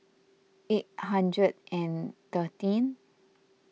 eight hundred and thirteen